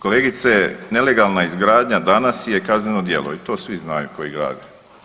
Kolegice, nelegalna izgradnja danas je kazneno djelo i to svi znaju koji grade.